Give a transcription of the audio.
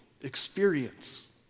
experience